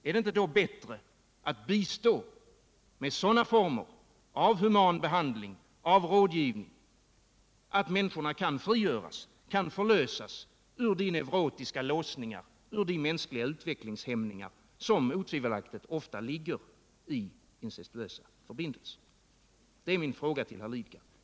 Är det inte bättre att bistå med sådana former av human behandling och rådgivning att dessa människor kan frigöras och förlösas ur de neurotiska låsningar och de mänskliga utvecklingshämningar, som otvivelaktigt ofta ligger bakom incestuösa förbindelser? Detta vill jag fråga Bertil Lidgard.